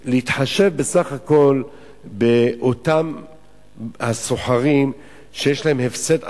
בסך הכול להתחשב באותם סוחרים, שיש להם הפסד עצום.